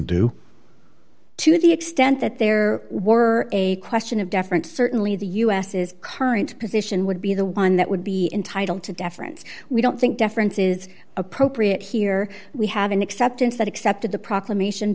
due to the extent that there were a question of deference certainly the u s is current position would be the one that would be entitled to deference we don't think deference is appropriate here we have an acceptance that accepted the proclamation